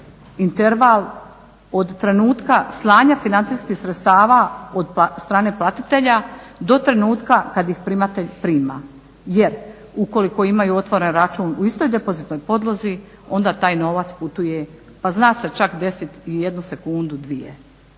interval od trenutka slanja financijskih sredstava od strane platitelja do trenutka kada ih primatelj prima. Jer ukoliko imaju otvoren račun u istoj depozitnoj podlozi onda taj novac putuje pa zna se čak desiti i 1 sekundu 2.